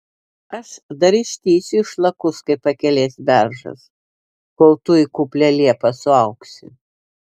aš dar ištįsiu išlakus kaip pakelės beržas kol tu į kuplią liepą suaugsi